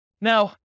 Now